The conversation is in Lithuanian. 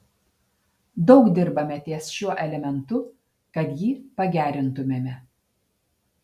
daug dirbame ties šiuo elementu kad jį pagerintumėme